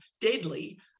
deadly